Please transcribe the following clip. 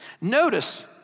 Notice